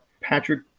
Patrick